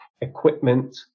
equipment